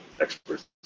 experts